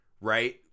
right